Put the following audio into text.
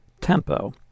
tempo